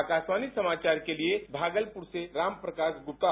आकाशवाणी समाचार के लिये भागलपुर से रामप्रकाश गुप्ता